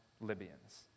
Libyans